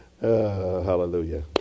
Hallelujah